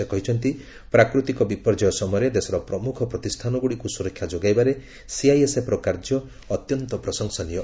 ସେ କହିଛନ୍ତି ପ୍ରାକୃତିକ ବିପର୍ଯ୍ୟୟ ସମୟରେ ଦେଶର ପ୍ରମୁଖ ପ୍ରତିଷ୍ଠାନଗୁଡ଼ିକୁ ସୁରକ୍ଷା ଯୋଗାଇବାରେ ସିଆଇଏସ୍ଏଫ୍ର କାର୍ଯ୍ୟ ଅତ୍ୟନ୍ତ ପ୍ରଶଂସନୀୟ